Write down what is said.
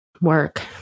Work